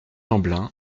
lamblin